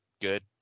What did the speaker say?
Good